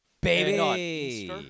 baby